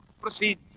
proceed